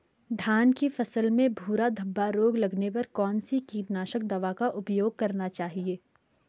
धान की फसल में भूरा धब्बा रोग लगने पर कौन सी कीटनाशक दवा का उपयोग करना चाहिए?